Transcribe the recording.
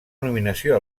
nominació